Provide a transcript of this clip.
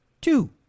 Two